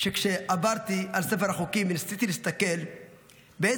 שכשעברתי על ספר החוקים וניסיתי להסתכל באיזה